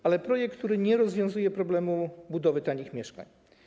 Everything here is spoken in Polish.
Ale jest to projekt, który nie rozwiązuje problemu budowy tanich mieszkań.